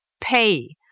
pay